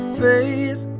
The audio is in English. face